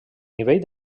nivell